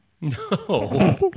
No